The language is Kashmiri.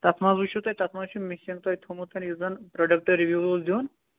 تتھ منٛز وٕچھِو تُہی تتھ منٛز چھُ مِشن تۄہہِ تھومُت یُس زَن پرٛوڈکٹ رِوِو اوس دِیُن